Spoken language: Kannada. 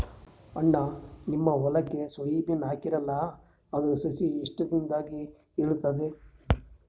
ಅಣ್ಣಾ, ನಿಮ್ಮ ಹೊಲಕ್ಕ ಸೋಯ ಬೀನ ಹಾಕೀರಲಾ, ಅದರ ಸಸಿ ಎಷ್ಟ ದಿಂದಾಗ ಏಳತದ?